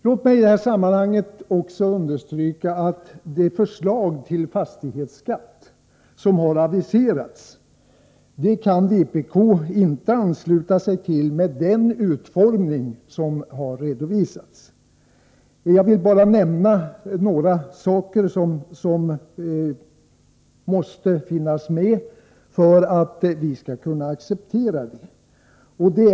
Låt mig i detta sammanhang understryka att vpk inte kan ansluta sig till det förslag till fastighetsskatt som har aviserats, med den redovisade utformningen. Jag vill bara nämna några saker som måste finnas med för att vi skall kunna acceptera förslaget.